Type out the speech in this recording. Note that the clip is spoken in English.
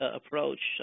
approach